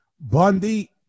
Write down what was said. Bundy